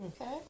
Okay